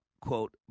quote